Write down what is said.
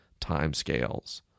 timescales